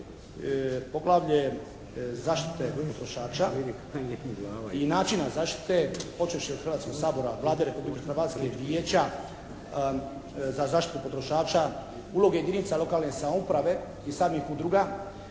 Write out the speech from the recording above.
Poglavlje zaštite potrošača i načina zaštite od načina zaštite počevši od Hrvatskog sabora, Vlade Republike Hrvatske, Vijeća za zaštitu potrošača, ulogu jedinica lokalne samouprave i samih udruga.